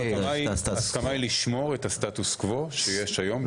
ההסכמה היא לשמור את הסטטוס קוו שיש היום.